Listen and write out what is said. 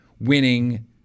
winning